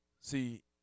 See